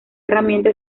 herramienta